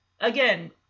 again